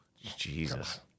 Jesus